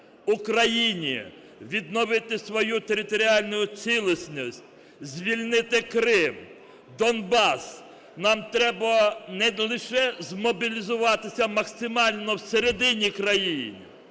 Україні, відновити свою територіальну цілісність, звільнити Крим, Донбас, нам треба не лише змобілізуватися максимально всередині країни,